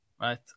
right